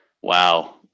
Wow